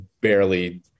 barely